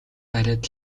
бариад